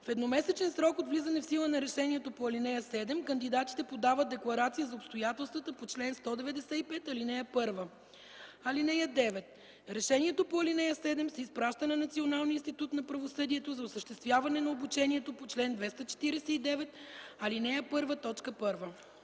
В едномесечен срок от влизане в сила на решението по ал. 7 кандидатите подават декларация за обстоятелствата по чл. 195, ал. 1. (9) Решението по ал. 7 се изпраща на Националния институт на правосъдието за осъществяване на обучението по чл. 249, ал. 1,